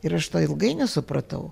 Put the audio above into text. ir aš to ilgai nesupratau